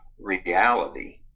reality